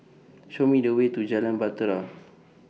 Show Me The Way to Jalan Bahtera